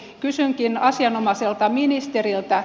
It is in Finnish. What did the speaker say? kysynkin asianomaiselta ministeriltä